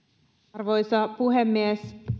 arvoisa puhemies